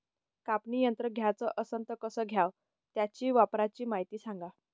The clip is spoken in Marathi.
कापनी यंत्र घ्याचं असन त कस घ्याव? त्याच्या वापराची मायती सांगा